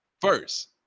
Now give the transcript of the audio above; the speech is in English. first